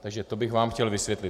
Takže to bych vám chtěl vysvětlit.